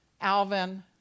Alvin